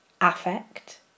affect